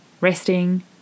resting